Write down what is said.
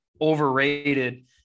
overrated